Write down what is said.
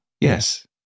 yes